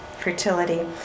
fertility